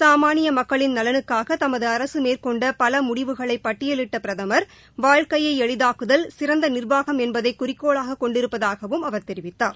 சாமானிய மக்களின் நலனுக்காக தமது அரசு மேற்கொண்ட பல முடிவுகளைப் பட்டியலிட்ட பிரதமர் வாழ்க்கையை எளிதாக்குதல் சிறந்த நிர்வாகம் என்பதை குறிக்கோளாகக் கொண்டிருப்பதாகவும் அவர் தெரிவித்தார்